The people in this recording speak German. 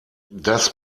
das